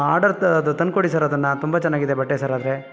ಆ ಆರ್ಡರ್ ಅದು ತಂದುಕೊಡಿ ಸರ್ ಅದನ್ನು ತುಂಬ ಚೆನ್ನಾಗಿದೆ ಬಟ್ಟೆ ಸರ್ ಆದರೆ